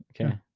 Okay